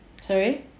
sorry